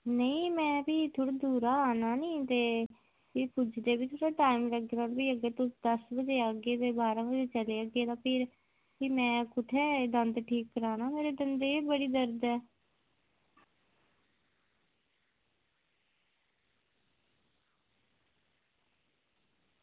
नेईं में फ्ही थोह्ड़े दूरा आना नी ते फिर पुजदे बी तुसें टैम लग्गना फ्ही अग्गें तुस दस बजे आगे ते बारां बजे चली जाह्गे फिर फ्ही में कुत्थें दंद ठीक कराना मेरे दंदे ई बड़ी दर्द ऐ